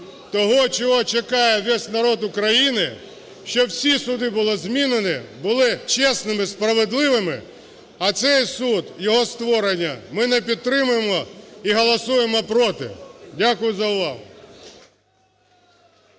того, чого чекає весь народ України, щоб всі суди були змінені, були чесними, справедливими, а цей суд, його створення, ми не підтримуємо і голосуємо проти. Дякую за увагу.